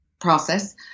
process